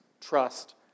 trust